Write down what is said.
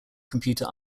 computer